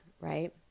right